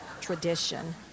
tradition